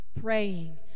praying